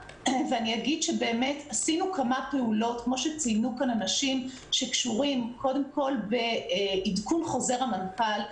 אגיד שעשינו כמה פעולות שקשורות קודם כול בעדכון חוזר המנכ"ל,